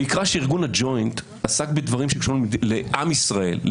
ויקרא שארגון הג'וינט עסק בדברים שקשורים לעם ישראל,